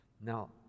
Now